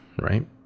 right